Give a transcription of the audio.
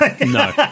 No